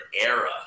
era